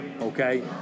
Okay